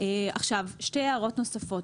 " שתי הערות נוספות.